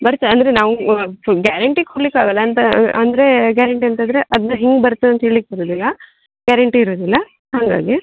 ಬರ್ತೆ ಅಂದರೆ ನಾವೂ ವಾ ಗ್ಯಾರಂಟಿ ಕೊಡ್ಲಿಕಾಗೊಲ್ಲ ಅಂತ ಅಂದರೆ ಗ್ಯಾರಂಟಿ ಅಂತಂದರೆ ಅದನ್ನು ಹಿಂಗೆ ಬರ್ತದಂತ ಹೇಳ್ಲಿಕ್ಕೆ ಬರೋದಿಲ್ಲ ಗ್ಯಾರಂಟಿ ಇರೋದಿಲ್ಲ ಹಂಗಾಗಿ